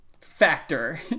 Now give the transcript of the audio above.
factor